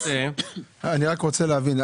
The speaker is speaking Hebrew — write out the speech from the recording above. אני רק רוצה להבין,